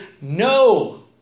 no